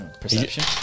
Perception